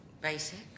Basic